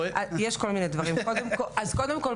אז קודם כל,